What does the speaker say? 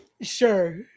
Sure